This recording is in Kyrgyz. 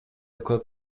көп